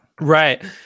Right